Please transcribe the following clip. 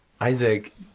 Isaac